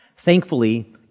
Thankfully